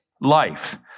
life